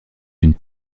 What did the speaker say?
une